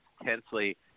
intensely